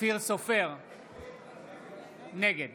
נגד